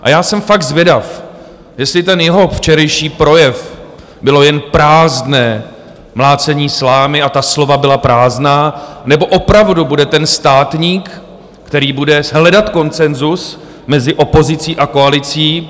A já jsem fakt zvědav, jestli ten jeho včerejší projev bylo jen prázdné mlácení slámy a ta slova byla prázdná, nebo opravdu bude ten státník, který bude hledat konsenzus mezi opozicí a koalicí.